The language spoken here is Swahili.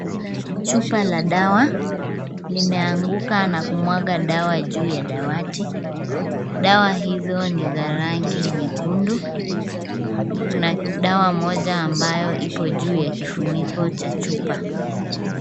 Chupa la dawa limeanguka na kumwaga dawa juu ya dawati. Dawa hizo ni za rangi nyekundu. Kuna dawa moja ambayo iko juu ya kifuniko cha chupa.